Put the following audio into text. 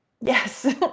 Yes